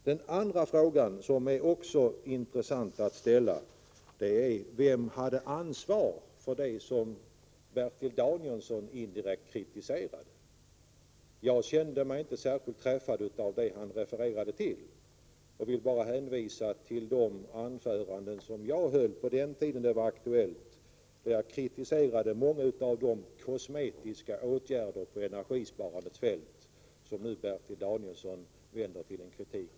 Den andra frågan, som också är intressant att ställa, är: Vem hade ansvaret för det som Bertil Danielsson indirekt kritiserade? Jag kände mig inte särskilt träffad av det han refererade till. Jag vill bara hänvisa till de anföranden som jag höll på den tiden det var aktuellt. Då kritiserade jag många av de kosmetiska åtgärder på energisparandets fält som Bertil Danielsson nu hänvisar till i sin kritik.